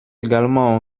également